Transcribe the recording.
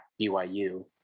BYU